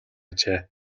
ажээ